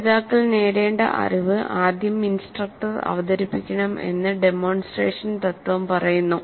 പഠിതാക്കൾ നേടേണ്ട അറിവ് ആദ്യം ഇൻസ്ട്രക്ടർ അവതരിപ്പിക്കണം എന്ന് ഡെമോൺസ്ട്രേഷൻ തത്വം പറയുന്നു